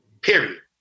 period